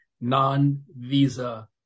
non-visa